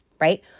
Right